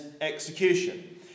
execution